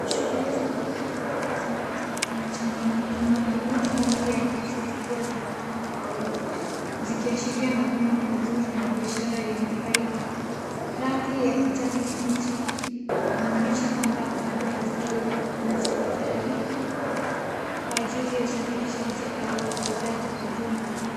Shughuli za uuzaji wa ndizi mbichi imechangamka. Kuna mirudi mingi ya ndizi zikiwa zimepangwa kwa wingi. Zikiashiria mavuno mazuri na biashara yenye faida, rangi ya kijani kibichi inaonyesha kwamba bado hazijaiva na ziko tayari kwa ajili ya usafirishaji au uuzaji kwa jumla.